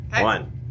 One